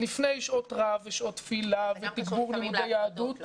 לפני שעות רב, ושעות תפילה ותגבור לימודי יהדות.